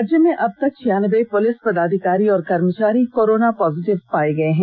राज्य में अब तक छियानब्बे पुलिस पदाधिकारी और कर्मचारी कोरोना पॉजिटिव पाये गये है